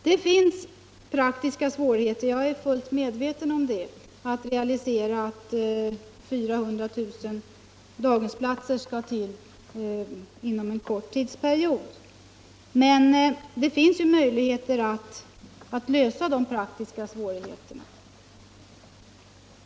Det finns praktiska svårigheter — jag är fullt medveten om det — när det gäller att realisera de 400 000 daghemsplatser som skall till inom en kort tidsperiod. Men det finns ju möjligheter att lösa de praktiska svårigheterna.